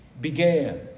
began